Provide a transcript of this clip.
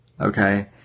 okay